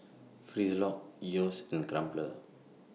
Frisolac Yeo's and Crumpler